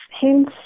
Hence